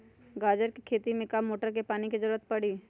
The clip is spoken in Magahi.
गाजर के खेती में का मोटर के पानी के ज़रूरत परी?